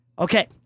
Okay